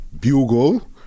Bugle